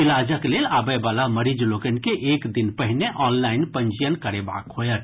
इलाजक लेल आबयवला मरीज लोकनि के एक दिन पहिने ऑनलाइन पंजीयन करेबाक होयत